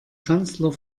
kanzler